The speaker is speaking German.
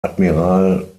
admiral